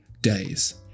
days